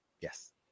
Yes